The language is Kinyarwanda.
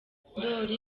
ndoli